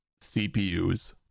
CPUs